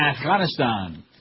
Afghanistan